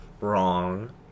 Wrong